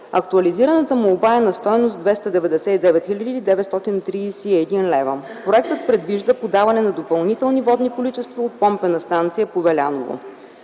Актуализираната молба е на стойност 299 хил. 931 лв. Проектът предвижда подаване на допълнителни водни количества от помпена станция „Повеляново”.